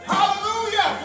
Hallelujah